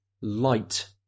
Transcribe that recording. light